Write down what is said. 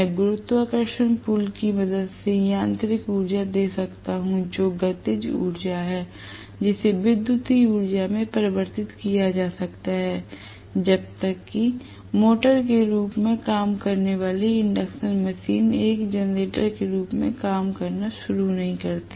मैं गुरुत्वाकर्षण पुल की मदद से यांत्रिक ऊर्जा दे सकता हूं जो गतिज ऊर्जा है जिसे विद्युत ऊर्जा में परिवर्तित किया जा सकता है जब तक कि मोटर के रूप में काम करने वाली इंडक्शन मशीन एक जनरेटर के रूप में कार्य करना शुरू नहीं करती